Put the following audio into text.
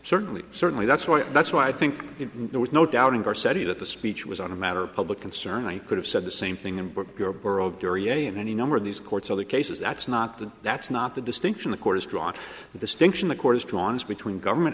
certainly certainly that's why that's why i think there was no doubt in our city that the speech was on a matter of public concern i could've said the same thing and jury a in any number of these courts other cases that's not the that's not the distinction the court has drawn the distinction the court has drawn between government